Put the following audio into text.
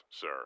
sir